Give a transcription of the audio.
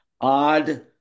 Odd